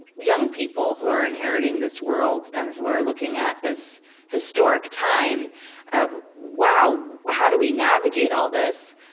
young people who are inheriting this world and who are looking at this historic time of, wow, how do we navigate all this?